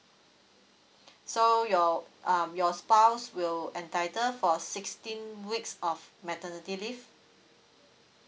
so your um your spouse will entitle for sixteen weeks of maternity leave